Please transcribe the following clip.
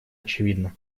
очевидна